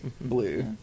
blue